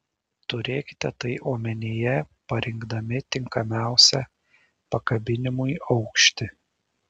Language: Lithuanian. turėkite tai omenyje parinkdami tinkamiausią pakabinimui aukštį